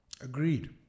Agreed